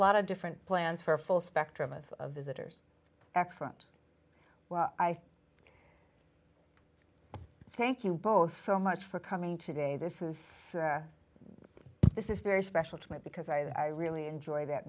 lot of different plans for a full spectrum of visitors excellent well i thank you both so much for coming today this is this is very special to me because i really enjoy that